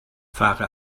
fahre